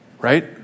right